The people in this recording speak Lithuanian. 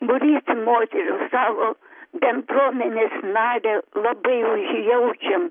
būrys moterų savo bendruomenės narę labai jaučiam